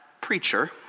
preacher